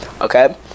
okay